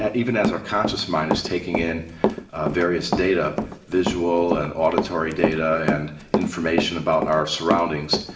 ah even as our conscious mind is taking in various data visual, and auditory data, and information about our surroundings,